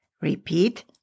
Repeat